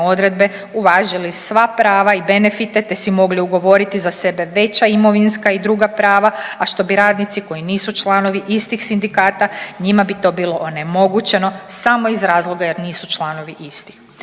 odredbe uvažili sva prava i benefite, te si mogli ugovoriti za sebe veća imovinska i druga prava, a što bi radnici koji nisu članovi istih sindikata njima bi to bilo onemogućeno samo iz razloga jer nisu članovi istih.